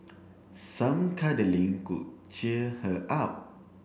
some cuddling could cheer her up